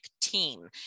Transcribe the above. team